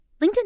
LinkedIn